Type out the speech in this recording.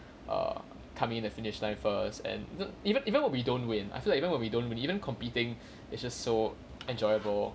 err coming in the finish line first and even even when we don't win I feel like even when we don't even competing it's just so enjoyable